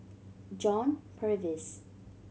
John Purvis